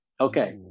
Okay